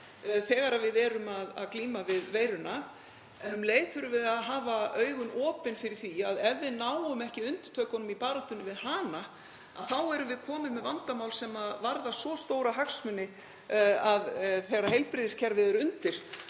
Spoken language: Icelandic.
þegar við glímum við veiruna. Um leið þurfum við að hafa augun opin fyrir því að ef við náum ekki undirtökunum í baráttunni við hana þá erum við komin með vandamál sem varða svo stóra hagsmuni, þegar heilbrigðiskerfið er undir,